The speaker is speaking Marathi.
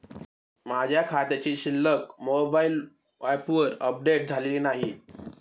माझ्या खात्याची शिल्लक मोबाइल ॲपवर अपडेट झालेली नाही